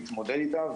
להתמודד איתה,